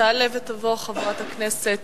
תעלה ותבוא חברת הכנסת